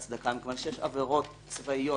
צריך עוד ארבעה ימים בסוף התקופה.